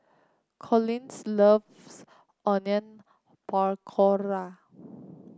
Collins loves Onion Pakora